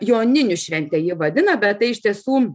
joninių šventę ji vadina bet tai iš tiesų